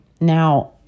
Now